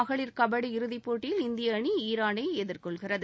மகளிர் கபடி இறுதிப்போட்டியில் இந்திய அணி ஈரானை எதிர்கொள்கிறது